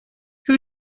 who